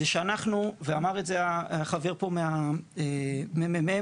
ואמר את זה החבר מהממ"מ,